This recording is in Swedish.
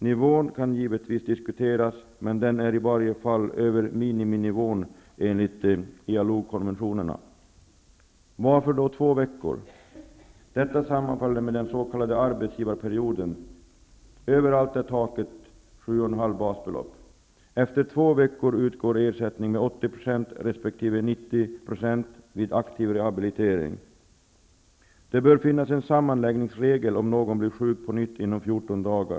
Nivån kan givetvis diskuteras, men den är i varje fall över miniminivån enligt ILO konventionerna. Varför två veckor? Detta sammanfaller med den s.k. arbetsgivarperioden. Överallt är taket 7,5 basbelopp. Efter två veckor utgår ersättning med 80 % resp. 90 % vid aktiv rehabilitering. Det bör finnas en sammanläggningsregel om någon blir sjuk på nytt inom 14 dagar.